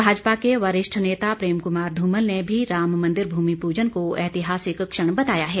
भाजपा के वरिष्ठ नेता प्रेम कुमार धूमल ने भी राम मंदिर भूमि पूजन को एतिहासिक क्षण बताया है